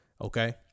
okay